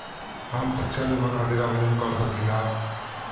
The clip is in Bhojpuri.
हम शिक्षा बीमा खातिर आवेदन कर सकिला?